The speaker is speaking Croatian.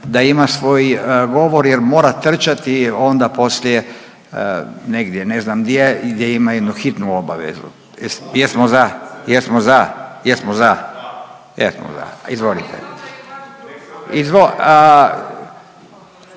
da ima svoj govor jer mora trčati onda poslije negdje, ne znam gdje, gdje ima jednu hitnu obavezu. Jesmo za, jesmo za, jesmo za? Jesmo za. Izvolite. …/Upadica